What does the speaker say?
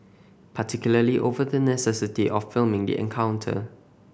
particularly over the necessity of filming the encounter